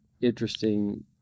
interesting